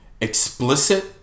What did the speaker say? explicit